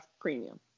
premium